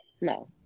No